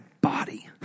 body